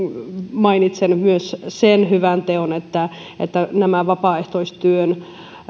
mainitsen myös sen hyvän teon että nämä vapaaehtoistyön